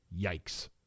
Yikes